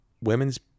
women's